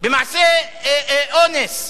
במעשי אונס.